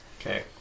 Okay